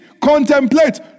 Contemplate